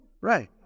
Right